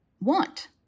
want